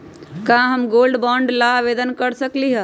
का हम gold bond ला आवेदन कर सकली ह?